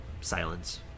Silence